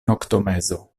noktomezo